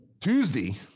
Tuesday